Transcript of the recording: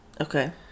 okay